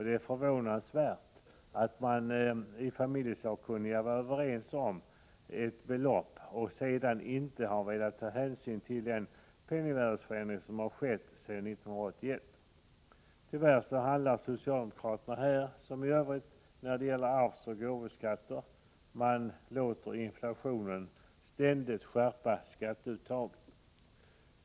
Det är förvånansvärt att de familjelagssakkunniga var överens om ett belopp och sedan inte har velat ta hänsyn till den penningvärdesförändring som har skett sedan 1981. Socialdemokraterna handlar här tyvärr på samma sätt som i övrigt när det gäller arvsoch gåvoskatter — man låter inflationen ständigt skärpa skatteuttaget.